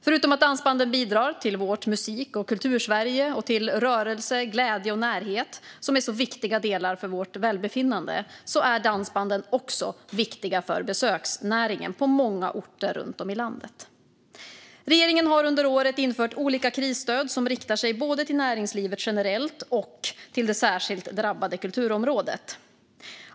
Förutom att dansbanden bidrar till vårt Musik och kultursverige och till rörelse, glädje och närhet, som är så viktiga delar för vårt välbefinnande, är dansbanden också viktiga för besöksnäringen på många orter runt om i landet. Regeringen har under året infört olika krisstöd som riktar sig både till näringslivet generellt och till det särskilt drabbade kulturområdet.